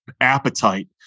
appetite